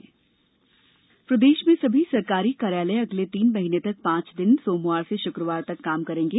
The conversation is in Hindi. प्रदेश प्रतिबंध प्रदेश में सभी सरकारी कार्यालय अगले तीन महीने तक पांच दिन सोमवार से शुक्रवार तक काम करेंगे